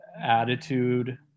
attitude